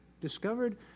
discovered